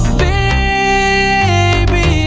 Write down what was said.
baby